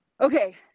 Okay